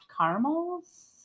caramels